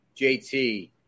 JT